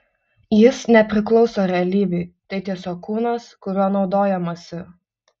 jis nepriklauso realybei tai tiesiog kūnas kuriuo naudojamasi